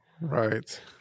Right